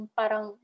parang